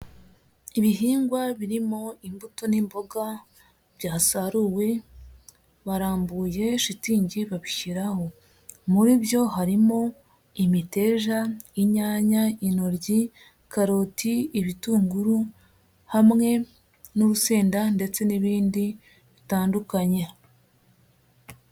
Ibihingwa birimo imbuto n'imboga byasaruwe, barambuye shitingi babishyiraho, muri byo harimo imiteja, inyanya, intoryi, karoti, ibitunguru, hamwe n'urusenda ndetse n'ibindi bitandukanye.